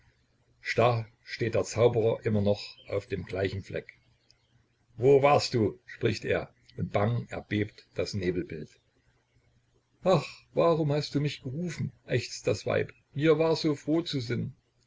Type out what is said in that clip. starr steht der zauberer immer noch auf dem gleichen fleck wo warst du spricht er und bang erbebt das nebelbild ach warum hast du mich gerufen ächzt das weib mir war so froh zu sinn